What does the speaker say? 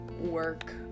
work